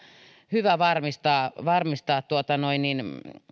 hyvä varmistaa varmistaa